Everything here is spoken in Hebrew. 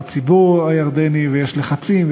בציבור הירדני יש לחצים,